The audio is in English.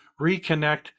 reconnect